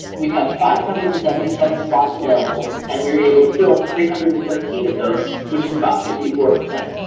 we have five hundred and seventy seven spots available and we're able to fill three hundred and thirteen of those, which is about fifty four.